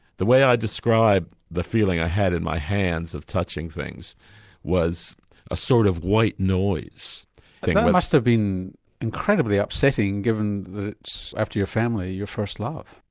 the way i describe the feeling i had in my hands of touching things was a sort of white noise. that must have been incredibly upsetting, given that it's after your family your first love.